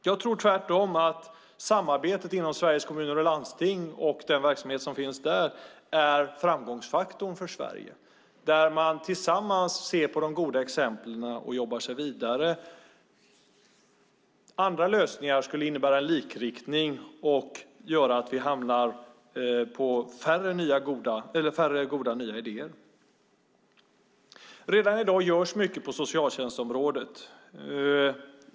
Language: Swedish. Jag tror tvärtom att samarbetet inom Sveriges Kommuner och Landsting och den verksamhet som finns där är framgångsfaktorn för Sverige. Där ser man tillsammans på de goda exemplen och jobbar sig vidare. Andra lösningar skulle innebära en likriktning och göra att vi får färre nya goda idéer. Redan i dag görs mycket på socialtjänstområdet.